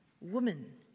Woman